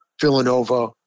Villanova